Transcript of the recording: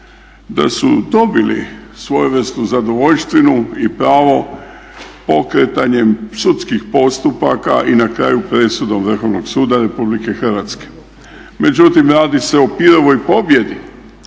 da su dobili svojevrsnu zadovoljštinu i pravo pokretanjem sudskih postupaka i na kraju presudom Vrhovnog suda RH. Međutim radi se o Pirovoj pobjedi,